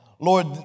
Lord